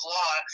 law